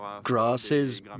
grasses